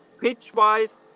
pitch-wise